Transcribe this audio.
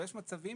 אבל יש מצבים